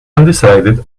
undecided